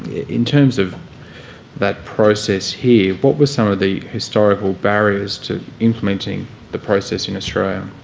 in terms of that process here, what were some of the historical barriers to implementing the process in australia?